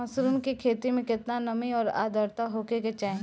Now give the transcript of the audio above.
Mushroom की खेती में केतना नमी और आद्रता होखे के चाही?